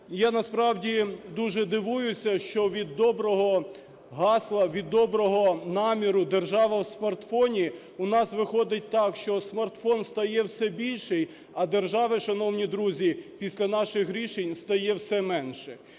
я насправді дуже дивуюся, що від доброго гасла, від доброго наміру "держава в смартфоні" у нас виходить так, що смартфон стає все більший, а держави, шановні друзі, після наших рішень стає все менше.